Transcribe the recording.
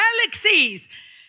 galaxies